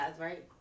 right